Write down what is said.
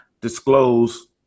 disclose